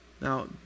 Now